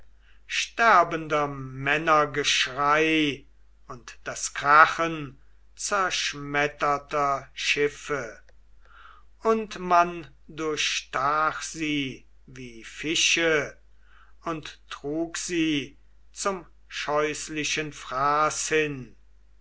sterbender männer geschrei und das krachen zerschmetterter schiffe und man durchstach sie wie fische und trug sie zum scheußlichen fraß hin